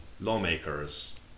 lawmakers